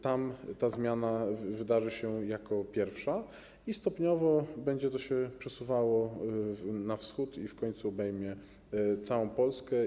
Tam ta zmiana wydarzy się jako pierwsza i stopniowo będzie to się przesuwało na wschód, a w końcu obejmie całą Polskę.